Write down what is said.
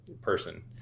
person